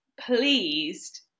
pleased